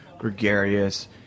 gregarious